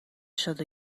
شده